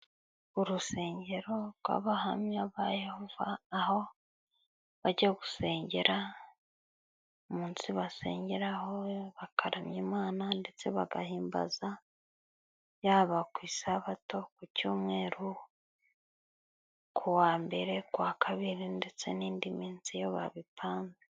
Urusengero rw'Abahamya ba Yehova aho bajya gusengera umunsi basengeraho, bakaramya Imana ndetse bagahimbaza, yaba ku isabato, ku cyumweru, ku wa mbere, kuwa kabiri ndetse n'indi minsi, iyo babipanze.